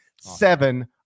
seven